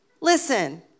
Listen